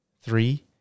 three